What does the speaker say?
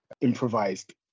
improvised